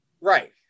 Right